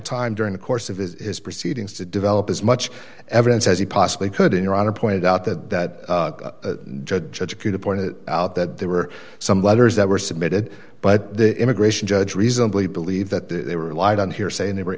time during the course of his proceedings to develop as much evidence as he possibly could in your honor pointed out that that judge appear to point out that there were some letters that were submitted but the immigration judge reasonably believed that they were lied on here saying they were